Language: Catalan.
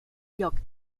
lloc